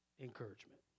encouragement